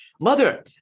mother